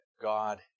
God